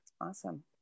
Awesome